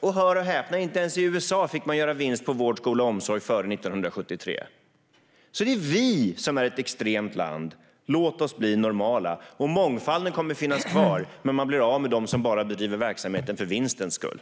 Och hör och häpna: Inte ens i USA fick man göra vinst på vård, skola och omsorg före 1973. Det är alltså vi som är ett extremt land. Låt oss bli normala! Mångfalden kommer att finnas kvar, men man blir av med dem som bara bedriver verksamhet för vinstens skull.